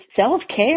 self-care